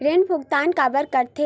ऋण भुक्तान काबर कर थे?